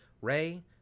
Ray